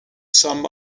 some